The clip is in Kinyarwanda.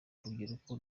urubyiruko